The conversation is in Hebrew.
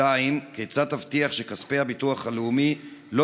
2. כיצד תבטיח שכספי הביטוח הלאומי לא